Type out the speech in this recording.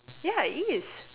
ya it is